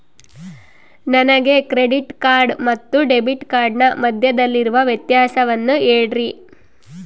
ನನಗೆ credit card ಮತ್ತು debit ಕಾರ್ಡಿನ ಮಧ್ಯದಲ್ಲಿರುವ ವ್ಯತ್ಯಾಸವನ್ನು ಹೇಳ್ರಿ?